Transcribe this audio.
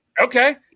Okay